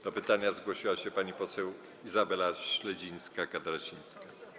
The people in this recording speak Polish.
Do pytania zgłosiła się pani poseł Izabela Śledzińska-Katarasińska.